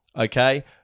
Okay